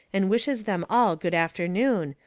and wishes them all good afternoon,